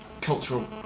cultural